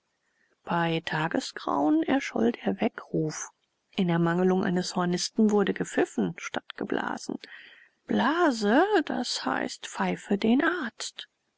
bei tagesgrauen erscholl der weckruf in ermangelung eines hornisten wurde gepfiffen statt geblasen blase d i pfeife den arzt